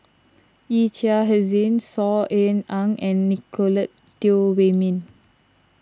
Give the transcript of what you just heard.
Yee Chia Hsing Saw Ean Ang and Nicolette Teo Wei Min